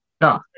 No